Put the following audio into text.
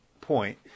point